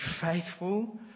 faithful